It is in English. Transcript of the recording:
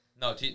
No